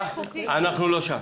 אנחנו לא שם.